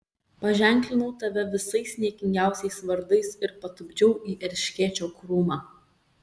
paženklinau tave visais niekingiausiais vardais ir patupdžiau į erškėčio krūmą